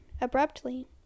abruptly